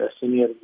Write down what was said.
senior